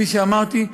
כפי שאמרתי,